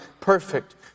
perfect